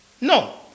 No